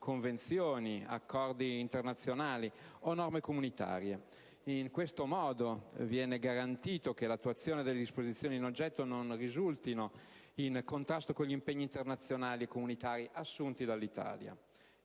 convenzioni, accordi internazionali o norme comunitarie. In questo modo viene garantito che l'attuazione delle disposizioni in oggetto non risulti in contrasto con gli impegni internazionali e comunitari assunti dall'Italia.